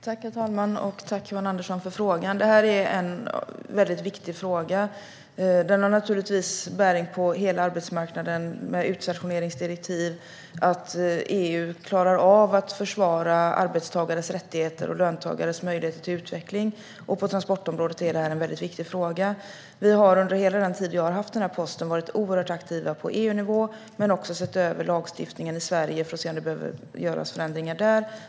Herr talman! Jag tackar Johan Andersson för frågan. Detta är en viktig fråga. Den har naturligtvis bäring på hela arbetsmarknaden med utstationeringsdirektiv, det vill säga att EU klarar av att försvara arbetstagares rättigheter och löntagares möjligheter till utveckling. På transportområdet är det en viktig fråga. Under hela den tid jag har innehaft posten har regeringen varit oerhört aktiv på EU-nivå och sett över lagstiftningen i Sverige för att se om det behövs förändringar där.